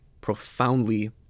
Profoundly